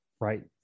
right